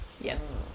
yes